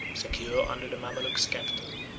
secure under the mamaluke sceptre,